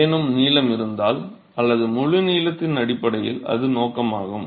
ஏதேனும் நீளம் இருந்தால் அல்லது முழு நீளத்தின் அடிப்படையில் அது நோக்கமாகும்